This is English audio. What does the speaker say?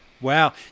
Wow